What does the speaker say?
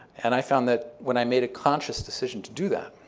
and i found that when i made a conscious decision to do that,